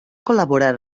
col·laborar